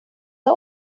dag